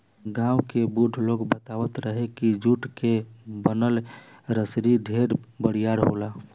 गांव के बुढ़ लोग बतावत रहे की जुट के बनल रसरी ढेर बरियार होला